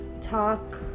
talk